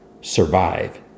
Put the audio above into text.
survive